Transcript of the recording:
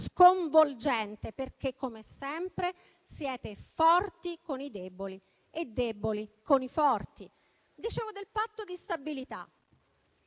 sconvolgente, perché come sempre siete forti con i deboli e deboli con i forti. Parlavo del Patto di stabilità,